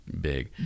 big